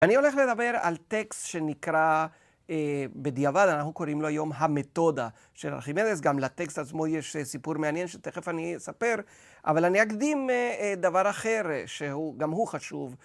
אני הולך לדבר על טקסט שנקרא בדיעבד, אנחנו קוראים לו היום המתודה של ארכימדס, גם לטקסט עצמו יש סיפור מעניין שתכף אני אספר, אבל אני אקדים דבר אחר שהוא, גם הוא חשוב.